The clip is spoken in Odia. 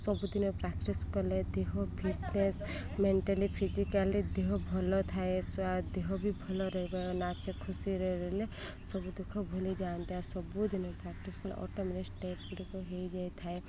ସବୁଦିନେ ପ୍ରାକ୍ଟିସ୍ କଲେ ଦେହ ଫିଟନେସ୍ ମେଣ୍ଟାଲି ଫିଜିକାଲି ଦେହ ଭଲ ଥାଏ ଦେହ ବି ଭଲ ରହିବ ନାଚ ଖୁସିରେ ରହିଲେ ସବୁ ଦୁଃଖ ଭୁଲି ଯାଆନ୍ତି ଆଉ ସବୁଦିନେ ପ୍ରାକ୍ଟିସ୍ କଲେ ଅଟୋମେଟିକ୍ ଷ୍ଟେପ୍ ଗୁଡ଼ିକ ହେଇଯାଇ ଥାଏ